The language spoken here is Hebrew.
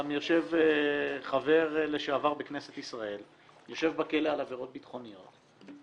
גם חבר לשעבר בכנסת ישראל יושב בכלא על עבירות ביטחוניות,